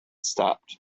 stopped